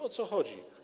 O co chodzi?